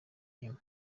inyuma